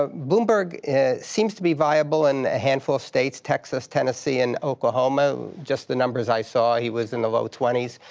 ah bloomberg seems to be viable in a handful of states, texas, tennessee and oklahoma. just the numbers i saw, he was in the low twenty s.